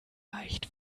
leicht